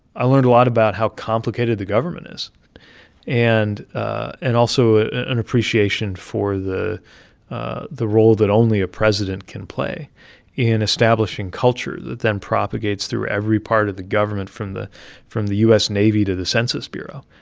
i learned a lot about how complicated the government is and ah and also an appreciation for the ah the role that only a president can play in establishing culture that then propagates through every part of the government, from the from the u s. navy to the census bureau,